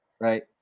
right